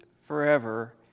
forever